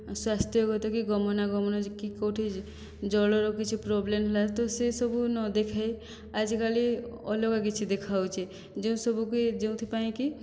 ସ୍ଵାସ୍ଥ୍ୟଗତ କି ଗମନାଗମନ ଯି କି କେଉଁଠି ଜଳରେ କିଛି ପ୍ରୋବ୍ଲେମ୍ ହେଲା ତ ସିଏ ସବୁ ନ ଦେଖାଇ ଆଜିକାଲି ଅଲଗା କିଛି ଦେଖାହେଉଛି ଯେଉଁସବୁ କି ଯେଉଁଥିପାଇଁ କି